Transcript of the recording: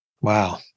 Wow